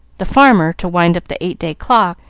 the farmer to wind up the eight-day clock,